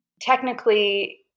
technically